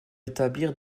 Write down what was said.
établir